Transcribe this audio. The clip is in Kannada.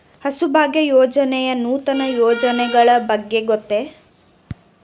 ಹಸುಭಾಗ್ಯ ಯೋಜನೆಯ ನೂತನ ಯೋಜನೆಗಳ ಬಗ್ಗೆ ಗೊತ್ತೇ?